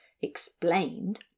explained